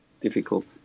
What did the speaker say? difficult